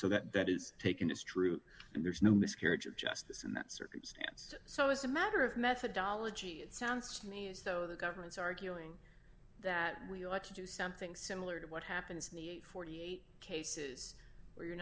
so that that is taken as true and there's no miscarriage of justice in that circumstance so as a matter of methodology it sounds to me as though the government's arguing that we ought to do something similar to what happens in the forty eight cases where you're